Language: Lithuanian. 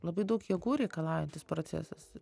labai daug jėgų reikalaujantis procesas